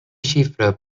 xifra